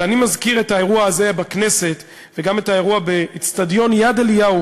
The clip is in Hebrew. אבל אני מזכיר את האירוע הזה בכנסת וגם את האירוע באצטדיון יד-אליהו,